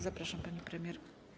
Zapraszam, pani premier.